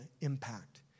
impact